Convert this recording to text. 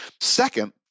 Second